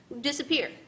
disappear